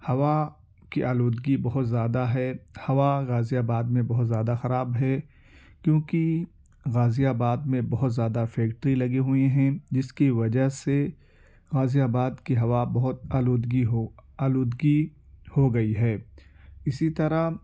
ہوا کی آلودگی بہت زیادہ ہے ہوا غازی آباد میں بہت زیادہ خراب ہے کیونکہ غازی آباد میں بہت زیادہ فیکٹری لگی ہوئی ہیں جس کی وجہ سے غازی آباد کی ہوا بہت آلودگی ہو آلودگی ہوگئی ہے اسی طرح